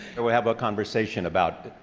and we'll have a conversation about